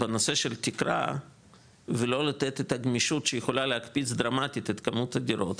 בנושא של תקרה ולא לתת את הגמישות שיכולה להקפיץ דרמטית את כמות הדירות,